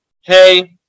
Hey